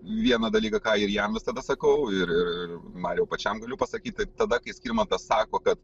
vieną dalyką ką ir jam visada sakau ir mariau pačiam galiu pasakyt tada kai skirmantas sako kad